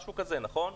משהו כזה, נכון?